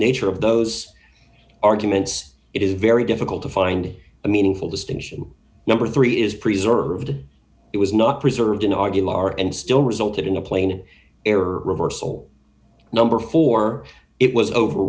nature of those arguments it is very difficult to find the meaningful distinction number three is preserved it was not preserved in argue are and still resulted in a plain error reversal number four it was over